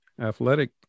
athletic